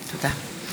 תודה.